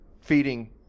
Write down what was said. feeding